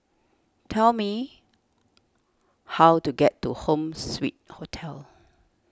tell me how to get to Home Suite Hotel